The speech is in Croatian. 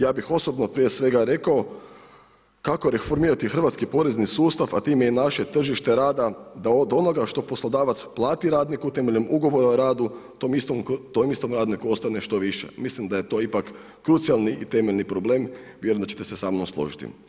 Ja bih osobno prije svega rekao kako reformirati hrvatski porezni sustav a time i naše tržište rada da od onoga što poslodavac plati radniku temeljem ugovora o radu, tom istom radniku ostane što više, mislim da je to ipak krucijalni i temeljeni problem, vjerujem da ćete se sa mnom složiti.